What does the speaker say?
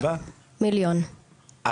ארבעה מיליון?